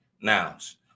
nouns